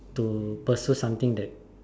to pursue something that